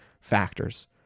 factors